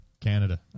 Canada